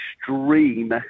extreme